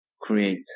create